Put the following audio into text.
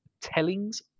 Tellings